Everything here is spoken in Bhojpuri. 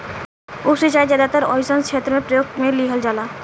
उप सिंचाई ज्यादातर ओइ सन क्षेत्र में प्रयोग में लिहल जाला